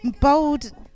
bold